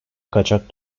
kaçak